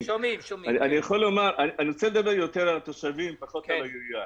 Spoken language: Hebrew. אני רוצה לדבר יותר על התושבים ופחות על העירייה.